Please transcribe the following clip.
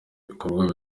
ibikorwa